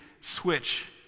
switch